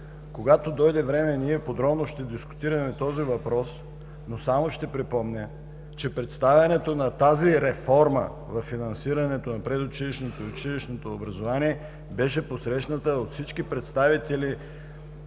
Когато дойде време, ние подробно ще дискутираме този въпрос, но само ще припомня, че представянето на тази реформа във финансирането на предучилищното и училищното образование беше посрещната от всички представители